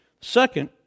Second